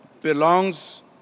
belongs